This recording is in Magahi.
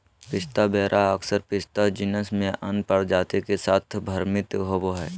पिस्ता वेरा अक्सर पिस्ता जीनस में अन्य प्रजाति के साथ भ्रमित होबो हइ